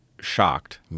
shocked